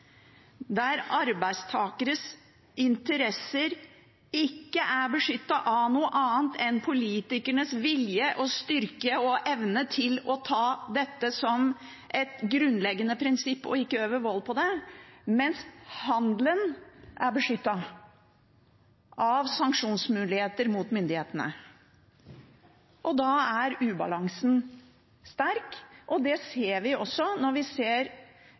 der arbeidstakeres interesser ikke er beskyttet av noe annet enn politikernes vilje, styrke og evne til å ha dette som et grunnleggende prinsipp og ikke øve vold på det, mens handelen er beskyttet av sanksjonsmuligheter mot myndighetene. Da er ubalansen sterk. Det ser vi også når vi ser